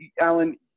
Alan